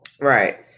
Right